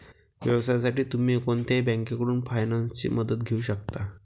व्यवसायासाठी तुम्ही कोणत्याही बँकेकडून फायनान्सची मदत घेऊ शकता